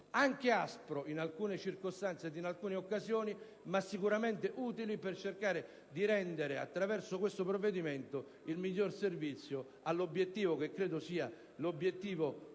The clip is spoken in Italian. anche aspro in alcune circostanze ma sicuramente utile per cercare di rendere attraverso questo provvedimento il miglior servizio all'obiettivo comune. Tale obiettivo